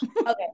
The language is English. okay